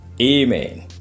Amen